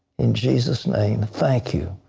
in jesus' name, thank you.